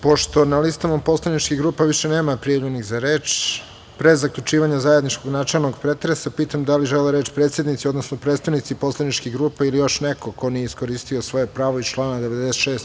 Pošto na listama poslaničkih grupa, više nema prijavljenih za reč, pre zaključivanja zajedničkog načelnog pretresa, pitam da li žele reč predsednici, odnosno predstavnici poslaničkih grupa ili još neko ko nije iskoristio svoje pravo iz člana 96.